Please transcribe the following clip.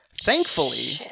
Thankfully